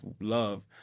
love